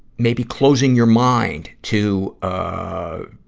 maybe closing your mind to, ah,